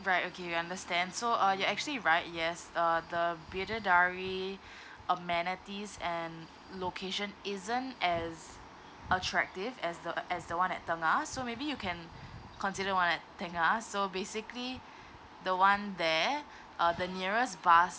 right okay understand so uh you're actually right yes uh the bidadari amenities and location isn't as attractive as the as the one at tengah so maybe you can consider one at tengah so basically the one there uh the nearest bus